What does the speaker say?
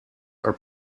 are